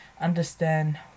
understand